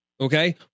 okay